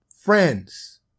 Friends